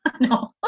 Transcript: No